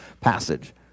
passage